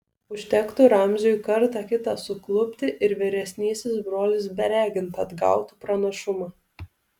užtektų ramziui kartą kitą suklupti ir vyresnysis brolis beregint atgautų pranašumą